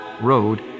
Road